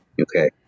Okay